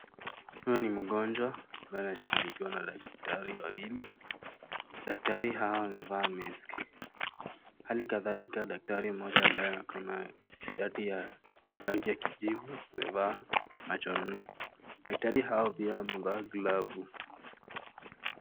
Huyu ni mgonjwa ambaye anashughulikiwa na daktari wawili, daktari hawa wamevaa maski Hali kadhalika daktari mmoja ambaye ako na shati ya rangi ya kijivu amevaa macho nne . Daktari hao pia wamevaa glovu.